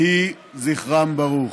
יהי זכרם ברוך.